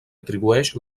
atribueix